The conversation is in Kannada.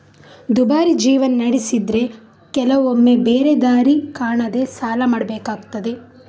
ದುಬಾರಿ ಜೀವನ ನಡೆಸಿದ್ರೆ ಕೆಲವೊಮ್ಮೆ ಬೇರೆ ದಾರಿ ಕಾಣದೇ ಸಾಲ ಮಾಡ್ಬೇಕಾಗ್ತದೆ